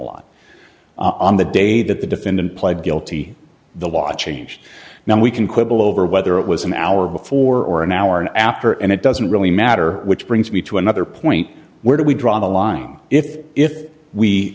lot on the day that the defendant pled guilty the law changed now we can quibble over whether it was an hour before or an hour after and it doesn't really matter which brings me to another point where do we draw the line if if we